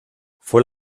fue